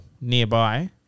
nearby